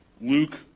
Luke